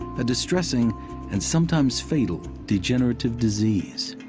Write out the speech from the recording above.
a distressing and sometimes fatal degenerative disease.